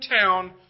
town